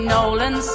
Nolan